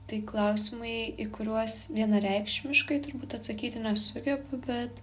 tai klausimai į kuriuos vienareikšmiškai turbūt atsakyti nesugebu bet